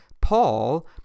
Paul